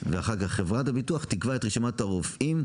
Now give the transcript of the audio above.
חברת הביטוח תקבע את רשימת הרופאים,